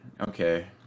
okay